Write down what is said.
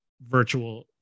virtual